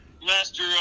master